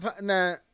now